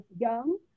young